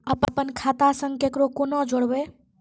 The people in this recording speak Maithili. अपन खाता संग ककरो कूना जोडवै?